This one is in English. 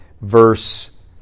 Verse